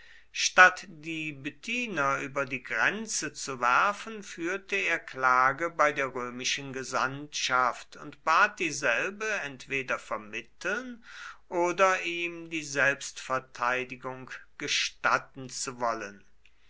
statt die bithyner über die grenze zu werfen führte er klage bei der römischen gesandtschaft und bat dieselbe entweder vermitteln oder ihm die selbstverteidigung gestatten zu wollen